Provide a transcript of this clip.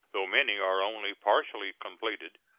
though many are only partially completed,